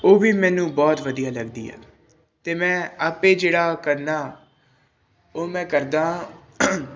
ਉਹ ਵੀ ਮੈਨੂੰ ਬਹੁਤ ਵਧੀਆ ਲੱਗਦੀ ਹੈ ਅਤੇ ਮੈਂ ਆਪੇ ਜਿਹੜਾ ਕਰਨਾ ਉਹ ਮੈਂ ਕਰਦਾ